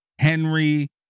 henry